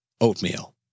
oatmeal